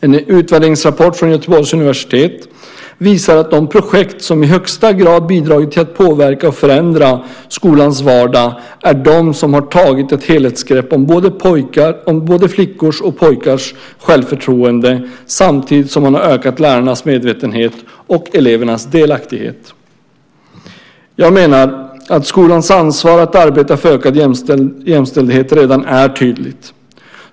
En utvärderingsrapport från Göteborgs universitet visar att de projekt som i högsta grad bidragit till att påverka och förändra skolans vardag är de som har tagit ett helhetsgrepp om både flickors och pojkars självförtroende samtidigt som man har ökat lärarnas medvetenhet och elevernas delaktighet. Jag menar att skolans ansvar att arbeta för ökad jämställdhet redan är tydligt.